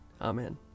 Amen